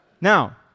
Now